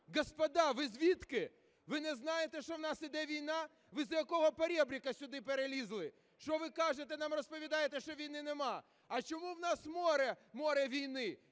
Господа, ви звідки? Ви не знаєте, що у нас йде війна? Ви за якого поребрика сюди перелізли? Що ви кажете, нам розповідаєте, що війни немає? А чому у нас море – море війни?